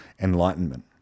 enlightenment